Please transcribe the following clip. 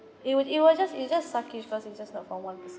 it will it will just it just sucky cause it's not from one person